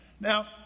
Now